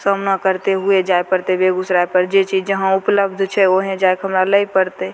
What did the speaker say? सामना करिते हुए जाए पड़तै बेगूसरायपर जे चीज जहाँपर उपलब्ध छै ओहेँ जाके हमरा लै पड़तै